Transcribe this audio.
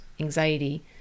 anxiety